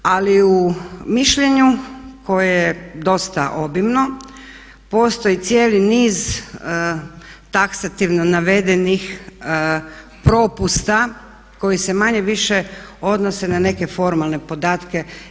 Ali u mišljenju koje je dosta obimno postoji cijeli niz taksativno navedenih propusta koji se manje-više odnose na neke formalne podatke.